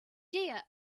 dear